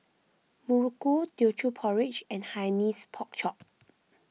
Muruku Teochew Porridge and Hainanese Pork Chop